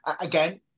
again